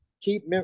keep